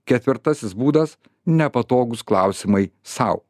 ketvirtasis būdas nepatogūs klausimai sau